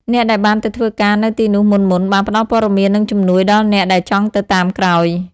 អ្នកដែលបានទៅធ្វើការនៅទីនោះមុនៗ បានផ្ដល់ព័ត៌មាន និងជំនួយដល់អ្នកដែលចង់ទៅតាមក្រោយ។